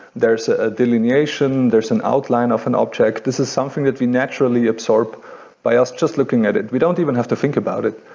there's ah a delineation, there's an outline of an object. this is something that we naturally absorb by us just looking at it we don't even have to think about it,